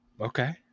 Okay